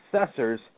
successors